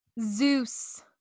Zeus